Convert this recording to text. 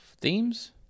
themes